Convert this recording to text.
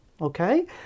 Okay